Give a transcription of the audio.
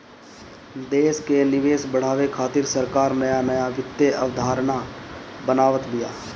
देस कअ निवेश बढ़ावे खातिर सरकार नया नया वित्तीय अवधारणा बनावत बिया